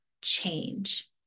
change